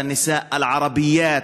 (אמר דברים בשפה הערבית,